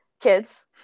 kids